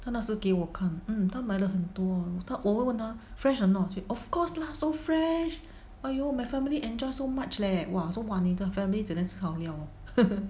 她那时给我看 mm 她买了很多他我我问她 fresh or not ok of course lah so fresh !aiyo! my family enjoyed so much leh !wah! so 你的 family 整天吃好命 hor